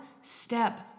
step